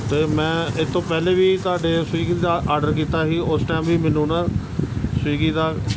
ਅਤੇ ਮੈਂ ਇਸ ਤੋਂ ਪਹਿਲਾਂ ਵੀ ਤੁਹਾਡੇ ਸਵੀਗੀ ਦਾ ਆਰਡਰ ਕੀਤਾ ਸੀ ਉਸ ਟਾਈਮ ਵੀ ਮੈਨੂੰ ਨਾ ਸਵੀਗੀ ਦਾ